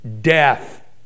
death